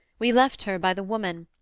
we left her by the woman,